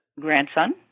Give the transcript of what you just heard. grandson